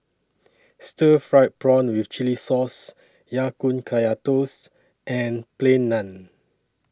Stir Fried Prawn with Chili Sauce Ya Kun Kaya Toast and Plain Naan